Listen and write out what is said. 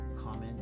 comment